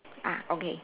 ah okay